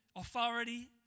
authority